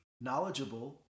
knowledgeable